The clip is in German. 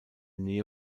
nähe